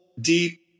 deep